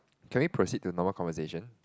can we proceed to normal conversation